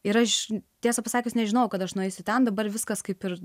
ir aš tiesą pasakius nežinojau kad aš nueisiu ten dabar viskas kaip ir